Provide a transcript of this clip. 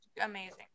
amazing